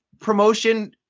promotion